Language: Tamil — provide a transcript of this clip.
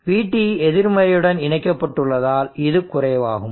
VT எதிர்மறையுடன் இணைக்கப்பட்டுள்ளதால் இது குறைவாகும்